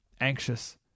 anxious